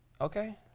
Okay